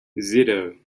zero